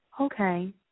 okay